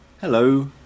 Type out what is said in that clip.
Hello